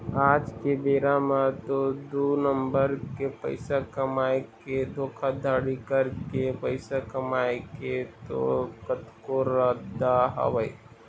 आज के बेरा म तो दू नंबर के पइसा कमाए के धोखाघड़ी करके पइसा कमाए के तो कतको रद्दा हवय